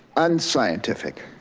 unscientific.